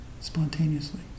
Spontaneously